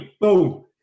Boom